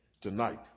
tonight